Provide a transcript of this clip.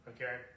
Okay